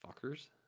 fuckers